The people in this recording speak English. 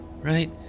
right